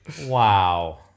Wow